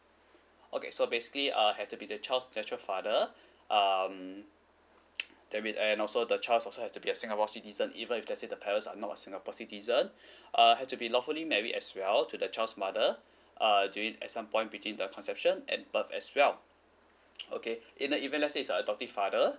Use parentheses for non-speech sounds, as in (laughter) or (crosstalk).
okay so basically err have to be the child's natural father um (noise) that mean and also the child also have to be a singapore citizen even if let's say the parents are not a singapore citizen (breath) uh have to be lawfully married as well to the child's mother err do it at some point between the conception and birth as well (noise) okay in the event let's say it's a adoptive father